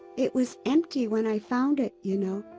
it was empty when i found it, you know.